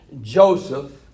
Joseph